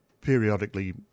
periodically